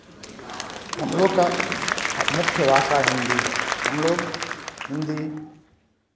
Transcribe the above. हम लोग का मुख्य भाषा हिन्दी है हम लोग हिन्दी